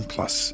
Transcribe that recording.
Plus